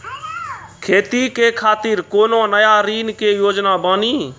खेती के खातिर कोनो नया ऋण के योजना बानी?